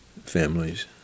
families